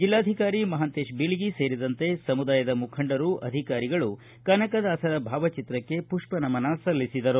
ಜಿಲ್ಲಾಧಿಕಾರಿ ಮಹಾಂತೇಶ್ ಬೀಳಗಿ ಸೇರಿದಂತೆ ಸಮುದಾಯದ ಮುಖಂಡರು ಅಧಿಕಾರಿಗಳು ಕನಕದಾಸರ ಭಾವಚಿತ್ರಕ್ಕೆ ಪುಷ್ಪನಮನ ಸಲ್ಲಿಸಿದರು